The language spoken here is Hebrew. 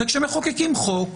כשמחוקקים חוק,